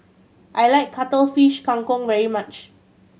I like Cuttlefish Kang Kong very much